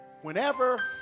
Whenever